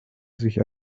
sich